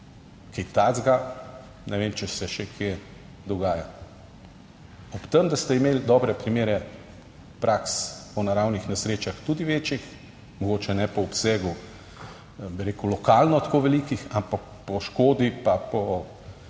Kaj takega ne vem, če se še kje dogaja? Ob tem, da ste imeli dobre primere praks po naravnih nesrečah, tudi večjih, mogoče ne po obsegu bi rekel, lokalno tako velikih, ampak po škodi pa po številu